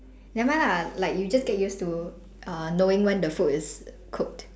never mind lah like you just get used to uh knowing when the food is cooked